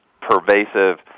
pervasive